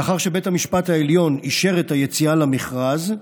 לאחר שבית המשפט העליון אישר את היציאה למכרז,